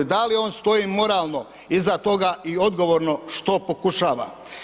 Da li on stoji moralno iza toga i odgovorno što pokušava?